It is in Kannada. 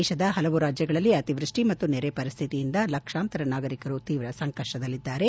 ದೇಶದ ಹಲವು ರಾಜ್ಯಗಳಲ್ಲಿ ಅತಿವೃಷ್ಟಿ ಮತ್ತು ನೆರೆ ಪರಿಸ್ಥಿತಿಯಿಂದ ಲಕ್ಷಾಂತರ ನಾಗರಿಕರು ತೀವ್ರ ಸಂಕಷ್ಟದಲ್ಲಿದ್ದಾರೆ